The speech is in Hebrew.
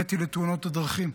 הבאתי לתאונות הדרכים.